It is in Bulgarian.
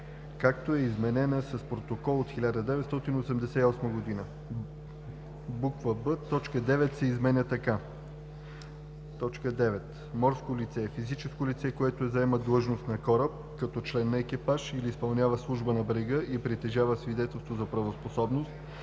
както е изменена с Протокола от 1988 г.“; б) точка 9 се изменя така: „9. „Морско лице“ е физическо лице, което заема длъжност на кораб като член на екипажа или изпълнява служба на брега и притежава свидетелство за правоспособност,